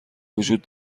وجود